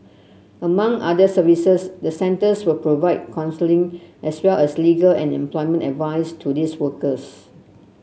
among other services the centres will provide counselling as well as legal and employment advice to these workers